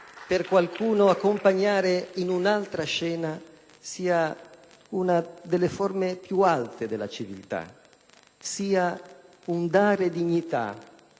per qualcuno accompagnare in un'altra scena, sia una delle forme più alte della civiltà e sia un dare dignità,